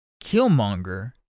Killmonger